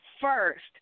first